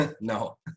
No